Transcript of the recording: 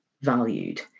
valued